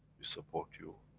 we support you,